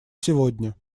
сегодня